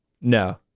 No